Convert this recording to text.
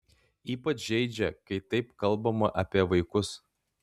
ypač žeidžia kai taip kalbama apie vaikus